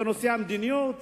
בנושא המדיניות.